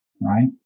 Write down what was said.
right